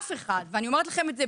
אף אחד ואני אומרת לכם את זה,